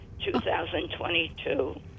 2022